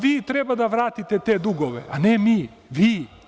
Vi treba da vratite te dugove, a ne mi, vi.